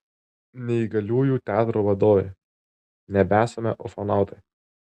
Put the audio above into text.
neįgaliųjų teatro vadovė nebesame ufonautai